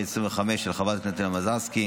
פ/3532/25, של חברת הכנסת מזרסקי,